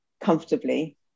comfortably